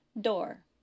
door